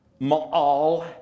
ma'al